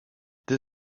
this